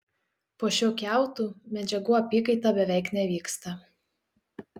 po šiuo kiautu medžiagų apykaita beveik nevyksta